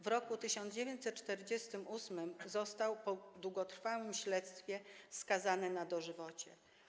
W roku 1948 został po długotrwałym śledztwie skazany na dożywocie.